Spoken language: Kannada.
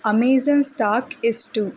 ಅಮೆಜನ್ ಸ್ಟಾಕ್ ಎಷ್ಟು